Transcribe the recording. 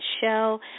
show